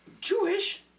Jewish